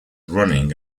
running